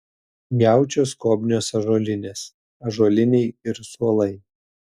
jaučio skobnios ąžuolinės ąžuoliniai ir suolai